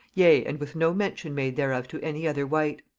yea, and with no mention made thereof to any other wight.